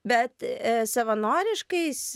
bet savanoriškais